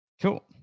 Cool